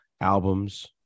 Albums